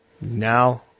Now